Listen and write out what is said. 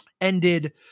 ended